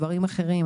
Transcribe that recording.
דברים אחרים,